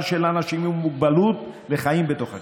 של אנשים עם מוגבלות לחיים בתוך הקהילה.